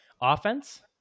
Offense